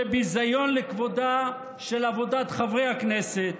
זה ביזיון כבוד עבודת חברי הכנסת.